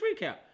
recap